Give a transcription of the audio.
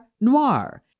Noir